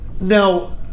now